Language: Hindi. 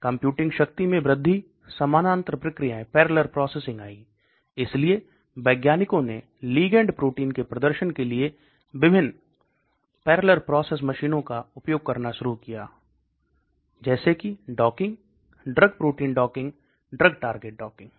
कम्प्यूटिंग शक्ति में वृद्धि समानांतर प्रक्रियाएं आईं इसलिए वैज्ञानिकों ने लिगैंड प्रोटीन के प्रदर्शन के लिए विभिन्न पैरेलल प्रोसेस मशीनों का उपयोग करना शुरू कर दिया जैसे docking drug protein docking drug target docking